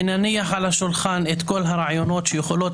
ונניח על השולחן את כל הרעיונות שיכולים